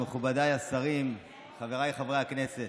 מכובדיי השרים, חבריי חברי הכנסת,